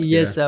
Yes